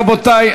רבותי,